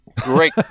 Great